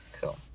Cool